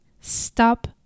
Stop